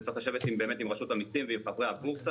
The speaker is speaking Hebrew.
צריך לשבת עם רשות המסים ועם חברי הבורסה.